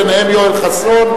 ביניהם יואל חסון,